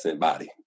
body